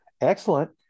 excellent